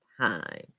time